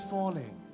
Falling